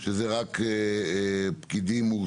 מדובר על כך שאלה רק פקידים מורשים.